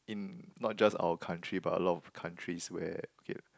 in not just our country but a lot of countries where okay